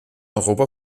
europa